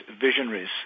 Visionaries